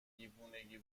دیوونگی